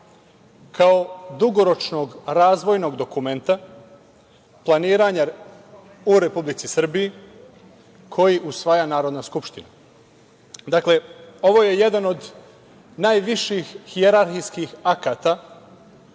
kao dugoročnog razvojnog dokumenta, planiranja u Republici Srbiji koji usvaja Narodna skupština. Dakle, ovo je jedan od najviših hijerarhijskih akata